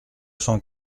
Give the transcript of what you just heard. cent